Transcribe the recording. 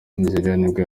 nibwo